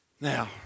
Now